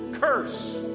curse